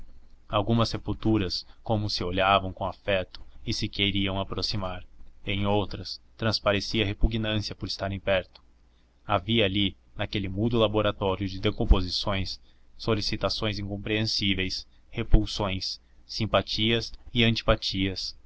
algumas sepulturas como se olhavam com afeto e se queriam aproximar em outras transparecia repugnância por estarem perto havia ali naquele mudo laboratório de decomposições solicitações incompreensíveis repulsões simpatias e antipatias